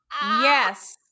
yes